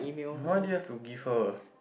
why do you have to give her